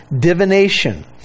divination